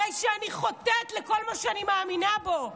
הרי שאני חוטאת לכל מה שאני מאמינה בו.